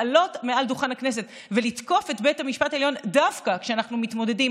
לעלות מעל דוכן הכנסת ולתקוף את בית המשפט העליון דווקא כשאנחנו מתמודדים